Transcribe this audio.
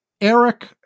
Eric